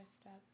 step